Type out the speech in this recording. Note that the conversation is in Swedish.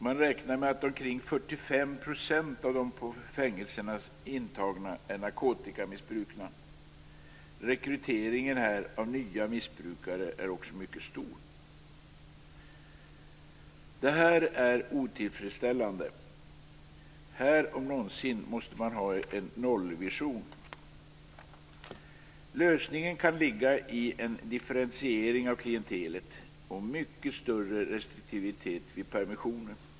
Man räknar med att omkring 45 % av de intagna på fängelserna är narkotikamissbrukare. Rekryteringen av nya missbrukare är också mycket stor. Detta är otillfredsställande. Här om någonstans måste man ha en nollvision. Lösningen kan ligga i en differentiering av klientelet och mycket större restriktivitet vid permissioner.